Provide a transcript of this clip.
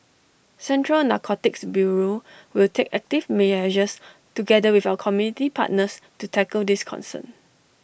central narcotics bureau will take active measures together with our community partners to tackle this concern